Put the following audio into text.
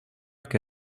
que